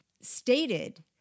stated